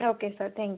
okay sir thank you